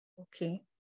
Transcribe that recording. Okay